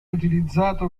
utilizzato